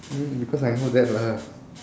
because I know that lah